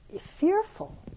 fearful